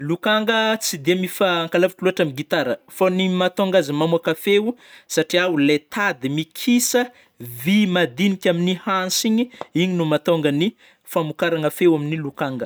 Lokanga tsy de mifan kalavitry loatra am gitara, fô ny mahatônga azy mamoaka feo satria o le tady mikisa vy madinika amin'ny hansy igny, igny no matônga ny famokarana feo amin'ny lokanga.